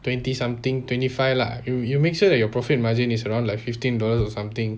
twenty something twenty five lah you you make sure that your profit margin is around like fifteen dollars or something